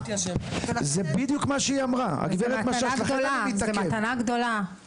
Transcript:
זו מתנה גדולה.